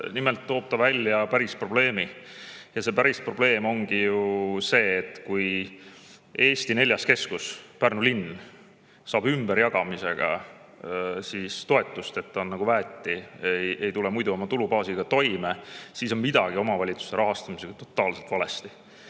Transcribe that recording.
Nimelt toob ta välja päris probleemi. Ja see päris probleem ongi ju see: kui Eesti neljas keskus Pärnu linn saab ümberjagamisega toetust, sest ta on väeti, ei tule muidu oma tulubaasiga toime, siis on omavalitsuse rahastamisega midagi totaalselt valesti.